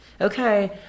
Okay